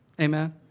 Amen